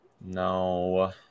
no